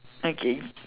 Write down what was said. okay